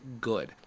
good